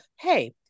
hey